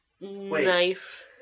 knife